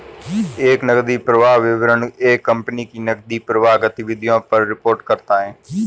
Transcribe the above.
एक नकदी प्रवाह विवरण एक कंपनी की नकदी प्रवाह गतिविधियों पर रिपोर्ट करता हैं